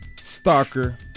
Stalker